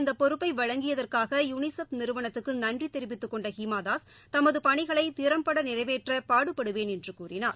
இந்தபொறுப்பைவழங்கியதற்காக UNICEF நிறுவனத்துக்குநன்றிதெரிவித்துக் தமக்கு கொண்டஹீமாதாஸ் தமதுபணிகளைதிறம்படநிறைவேற்றபாடுபடுவேன் என்றுகூறினார்